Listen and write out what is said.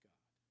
God